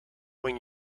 when